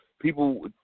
people